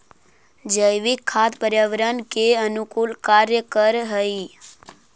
जैविक खाद पर्यावरण के अनुकूल कार्य कर हई